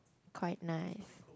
quite nice